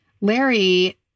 Larry